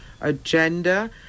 agenda